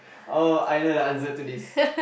oh I know the answer to this